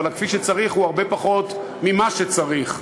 אבל ה"כפי שצריך" הוא הרבה פחות ממה שצריך.